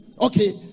Okay